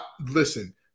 Listen